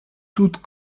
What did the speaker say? toutes